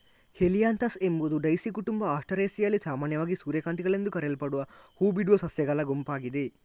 Helianthus ಎಂಬುದು daisy ಕುಟುಂಬ ಆಸ್ಟರೇಸಿಯಲ್ಲಿ ಸಾಮಾನ್ಯವಾಗಿ ಸೂರ್ಯಕಾಂತಿಗಳೆಂದು ಕರೆಯಲ್ಪಡುವ ಹೂ ಬಿಡುವ ಸಸ್ಯಗಳ ಗುಂಪಾಗಿದೆ